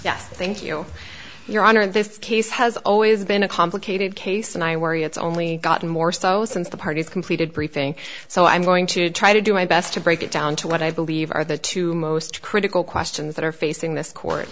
yes thank you your honor this case has always been a complicated case and i worry it's only gotten more so since the parties completed briefing so i'm going to try to do my best to break it down to what i believe are the two most critical questions that are facing this court